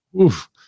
oof